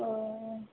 ओ